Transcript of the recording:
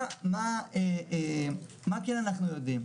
מה כן אנחנו יודעים?